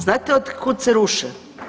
Znate od kud se ruše?